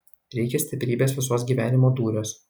reikia stiprybės visuos gyvenimo dūriuos